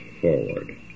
forward